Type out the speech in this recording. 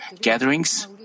gatherings